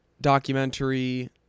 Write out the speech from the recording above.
documentary